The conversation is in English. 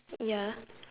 ya